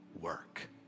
work